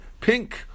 pink